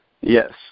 Yes